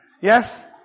Yes